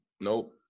Nope